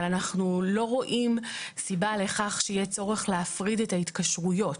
אבל אנחנו לא רואים סיבה לכך שיהיה צורך להפריד את ההתקשרויות.